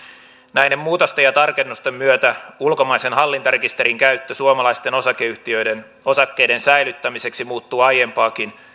näiden muutosten ja tarkennusten myötä ulkomaisen hallintarekisterin käyttö suomalaisten osakeyhtiöiden osakkeiden säilyttämiseksi muuttuu aiempaakin